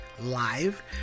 Live